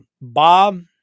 Bob